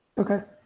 okay.